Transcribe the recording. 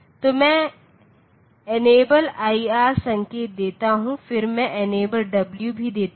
तो मैं enable IR संकेत देता हूं फिर मैं इनेबल डब्ल्यू भी देता हूं